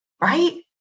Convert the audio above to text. right